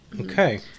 Okay